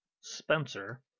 Spencer